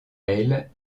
elle